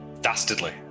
Dastardly